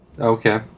Okay